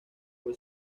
fue